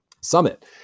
summit